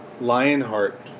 Lionheart